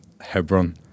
Hebron